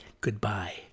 Goodbye